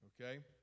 Okay